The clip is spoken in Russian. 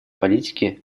политики